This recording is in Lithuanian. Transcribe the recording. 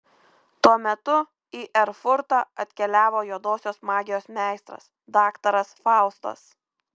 tuo metu į erfurtą atkeliavo juodosios magijos meistras daktaras faustas